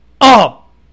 up